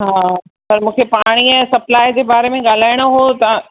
हा त मूंखे पाणीअ जे सप्लाई जे बारे में गाल्हाइणो हो त